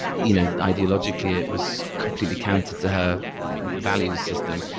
you know ideologically, it was completely counter to her value system.